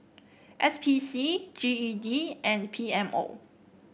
S P C G E D and P M O